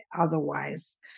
otherwise